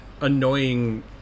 annoying